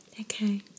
Okay